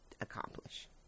accomplish